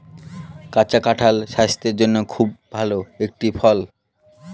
কাঁচা কাঁঠাল স্বাস্থের জন্যে খুব ভালো একটি ফল